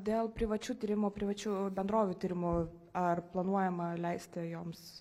dėl privačių tyrimų privačių bendrovių tyrimų ar planuojama leisti joms